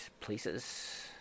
Places